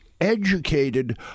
educated